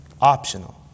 optional